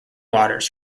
waters